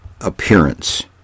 appearance